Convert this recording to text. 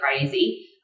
crazy